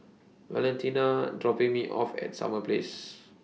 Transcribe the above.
Valentina IS dropping Me off At Summer Place